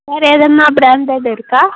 வேறு எதனால் பிராண்டட் இருக்கா